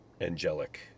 Angelic